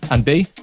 and b.